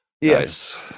Yes